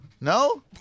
No